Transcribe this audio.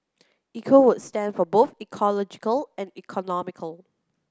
Eco would stand for both ecological and economical